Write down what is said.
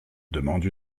demande